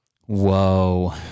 Whoa